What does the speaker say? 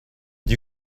you